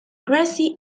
grassy